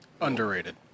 Underrated